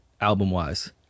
album-wise